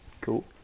cool